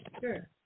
Sure